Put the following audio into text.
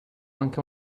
anche